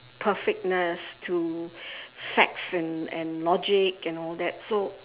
perfectness to facts and and logic and all that so